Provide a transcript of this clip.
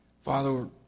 Father